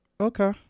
Okay